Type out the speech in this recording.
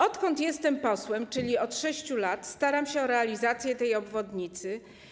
Odkąd jestem posłem, czyli od 6 lat, staram się o realizację tej obwodnicy.